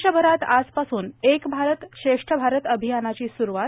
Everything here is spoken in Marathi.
देशभरात आजपासून एक भारत श्रेष्ठ भारत अभियानाची सुरूवात